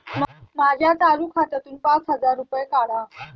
माझ्या चालू खात्यातून पाच हजार रुपये काढा